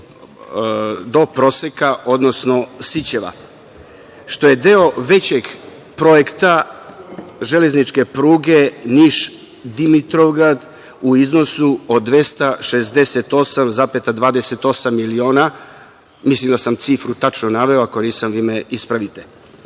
do Proseka, odnosno Sićeva, što je deo većeg projekta železničke pruge Niš – Dimitrovgrad u iznosu od 268,28 miliona. Mislim da sam cifru tačno naveo. Ako nisam, vi me ispravite. Da